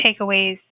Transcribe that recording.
takeaways